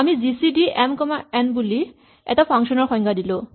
আমি G C D M comma N বুলি এটা ফাংচন ৰ সংজ্ঞা দিলো